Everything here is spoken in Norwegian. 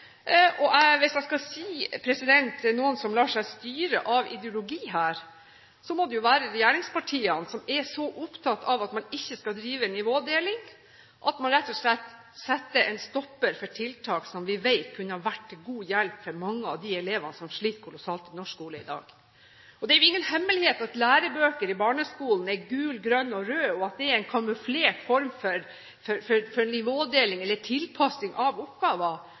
noen som lar seg styre av ideologi her, må det jo være regjeringspartiene, som er så opptatt av at man ikke skal drive nivådeling at man rett og slett setter en stopper for tiltak som vi vet kunne ha vært til god hjelp for mange av de elevene som sliter kolossalt i norsk skole i dag. Det er jo ingen hemmelighet at lærebøker i barneskolen er gule, grønne og røde, og at det er en kamuflert form for nivådeling, eller tilpassing av oppgaver.